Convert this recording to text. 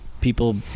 people